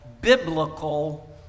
biblical